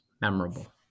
memorable